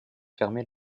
fermer